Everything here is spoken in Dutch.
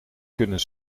kunnen